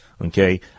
okay